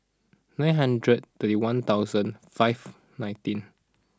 nine hundred thirty one thousand five nineteen